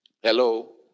Hello